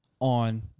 on